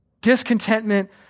Discontentment